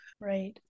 Right